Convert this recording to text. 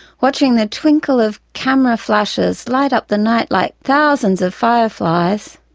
watching the twinkle of camera flashes light up the night like thousands of fireflies.